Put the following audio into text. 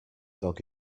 dog